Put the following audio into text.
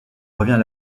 revient